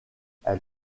elle